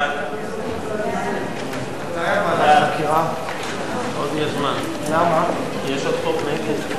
ההצעה להעביר את הנושא לוועדת החינוך,